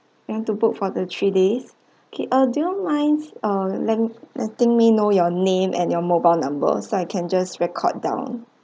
you want to book for the three days okay ah do you minds ah le~ letting me know your name and your mobile number so I can just record down